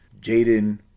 Jaden